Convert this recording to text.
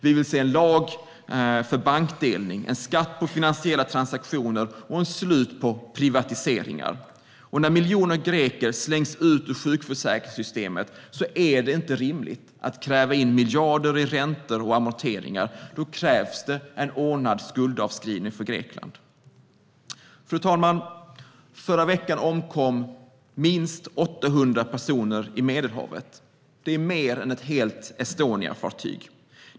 Vi vill se en lag för bankdelning, en skatt på finansiella transaktioner och ett slut på privatiseringar. När miljoner greker slängs ut ur sjukförsäkringssystemet är det inte rimligt att kräva in miljarder i räntor och amorteringar. Då krävs det en ordnad skuldavskrivning för Grekland. Fru talman! Förra veckan omkom minst 800 personer i Medelhavet. Det är mer än ett helt Estoniafartyg.